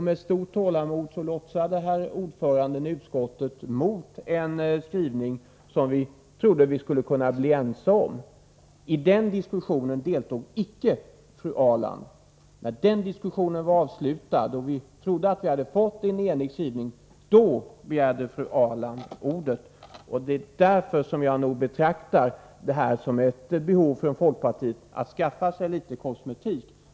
Med stort tålamod lotsade herr ordföranden i utskottet mot en skrivning som vi trodde att vi skulle kunna bli ense om. I den diskussionen deltog icke fru Ahrland. När diskussionen var avslutad och vi trodde att vi hade fått en enig skrivning — då begärde fru Ahrland ordet. Det är därför som jag nog betraktar detta som ett behov från folkpartiet att skaffa sig litet kosmetik.